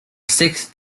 sixth